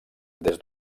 des